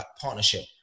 partnership